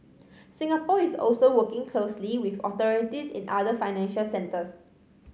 Singapore is also working closely with authorities in other financial centres